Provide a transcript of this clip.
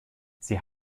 sie